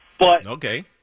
Okay